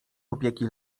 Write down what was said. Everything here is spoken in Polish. opieki